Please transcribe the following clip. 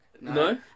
No